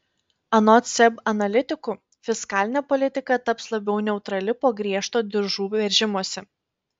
anot seb analitikų fiskalinė politika taps labiau neutrali po griežto diržų veržimosi